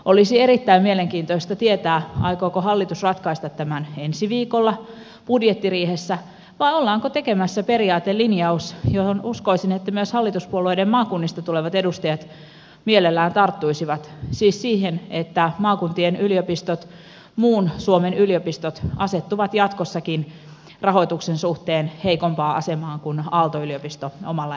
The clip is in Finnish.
olisi erittäin mielenkiintoista tietää aikooko hallitus ratkaista tämän ensi viikolla budjettiriihessä vai ollaanko tekemässä periaatelinjaus johon uskoisin että myös hallituspuolueiden maakunnista tulevat edustajat mielellään tarttuisivat siis siihen että maakuntien yliopistot muun suomen yliopistot asettuvat jatkossakin rahoituksen suhteen heikompaan asemaan kuin aalto yliopisto omalla erillisrahoituksellaan